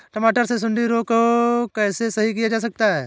टमाटर से सुंडी रोग को कैसे सही किया जा सकता है?